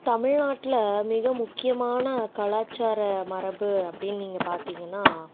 தமிழ்நாட்டில் மிக முக்கியமான கலாச்சார மரபு அப்படின்னு நீங்கள் பார்த்தீங்கன்னா